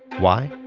why?